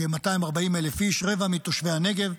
כ-240,000 איש, רבע מתושבי הנגב,